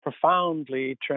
profoundly